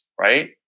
right